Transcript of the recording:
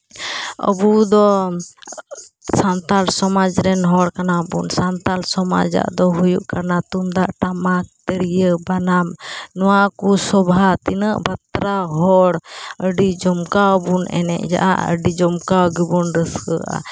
ᱟᱹᱵᱩ ᱫᱚ ᱥᱟᱱᱛᱟᱲ ᱥᱚᱢᱟᱡᱽ ᱨᱮᱱ ᱦᱚᱲ ᱠᱟᱱᱟᱵᱚᱱ ᱥᱟᱱᱛᱟᱲ ᱥᱚᱢᱟᱡᱽᱼᱟᱜ ᱫᱚ ᱦᱩᱭᱩᱜ ᱠᱟᱱᱟ ᱛᱩᱢᱫᱟᱜ ᱴᱟᱢᱟᱠ ᱛᱤᱨᱭᱟᱹ ᱵᱟᱱᱟᱢ ᱱᱚᱣᱟ ᱠᱚ ᱥᱚᱵᱷᱟ ᱛᱤᱱᱟᱹᱜ ᱵᱟᱛᱨᱟᱣ ᱦᱚᱲ ᱟᱹᱰᱤ ᱡᱚᱢᱠᱟᱣ ᱵᱚᱱ ᱮᱱᱮᱡᱟ ᱟᱹᱰᱤ ᱡᱚᱢᱠᱟᱣ ᱜᱮᱵᱚᱱ ᱮᱱᱮᱡᱟ